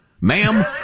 Ma'am